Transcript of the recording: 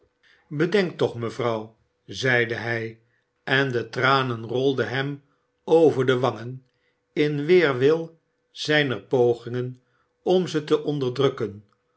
bedenk toch mevrouw zeide hij en de tranen rolden hem over de wangen in weerwil zijner pogingen om ze te onderdrukken